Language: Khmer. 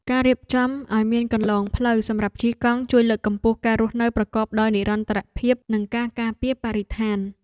ការរៀបចំឱ្យមានគន្លងផ្លូវសម្រាប់ជិះកង់ជួយលើកកម្ពស់ការរស់នៅប្រកបដោយនិរន្តរភាពនិងការការពារបរិស្ថាន។